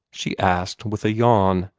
she asked, with a yawn,